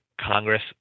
Congress